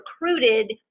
recruited